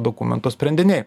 dokumento sprendiniai